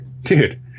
dude